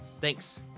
Thanks